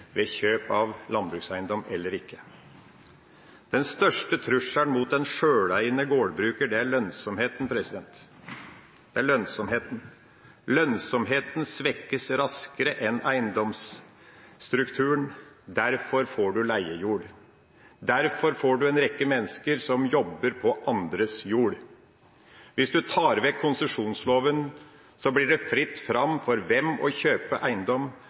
ved kjøp av landbrukseiendom, eller ikke. Den største trusselen mot en sjøleiende gårdbruker er lønnsomheten. Lønnsomheten svekkes raskere enn eiendomsstrukturen, derfor får man leiejord. Derfor får man en rekke mennesker som jobber på andres jord. Hvis man tar vekk konsesjonsloven, blir det fritt fram for hvem som helst å kjøpe eiendom,